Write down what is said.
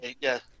Yes